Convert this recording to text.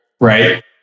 right